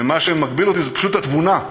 מה שמגביל אותי זה פשוט התבונה,